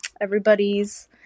everybody's